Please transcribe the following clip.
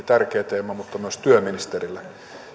tärkeä teema mutta myös työministerille